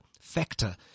factor